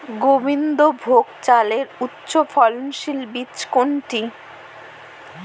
গোবিন্দভোগ চালের উচ্চফলনশীল বীজ কোনটি?